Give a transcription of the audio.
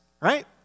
right